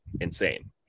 insane